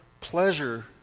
pleasure